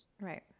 Right